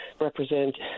represent